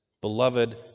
beloved